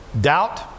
Doubt